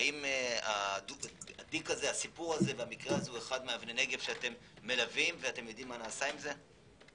האם הסיפור הזה הוא אחד מאבני נגף שאתם מלווים ויודעים מה נעשה עם זה?